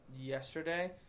yesterday